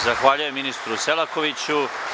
Zahvaljujem ministru Selakoviću.